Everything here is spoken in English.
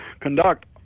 conduct